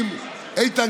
על מה שבאמת